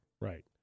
Right